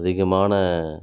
அதிகமான